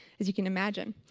as you can imagine,